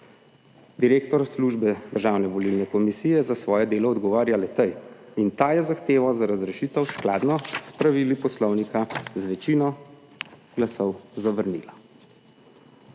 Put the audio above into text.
Direktor službe Državne volilne komisije za svoje delo odgovarja le tej in ta je zahtevo za razrešitev skladno s pravili poslovnika z večino glasov zavrnila.